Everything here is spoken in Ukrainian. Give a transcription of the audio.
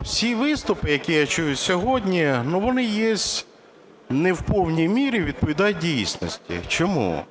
всі виступи, які я чую сьогодні, вони не в повній мірі відповідають дійсності. Чому?